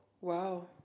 Wow